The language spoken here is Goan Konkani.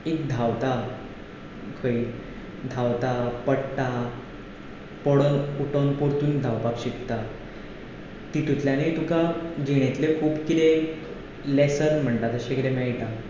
एक धांवता खंय धांवता पडटा पडून उठून परतून धांवपाक शिकता तितुंतल्यानूय तुका जिणेंतल्यो खूब कितें लॅसन म्हणटा तशें कितें मेळटा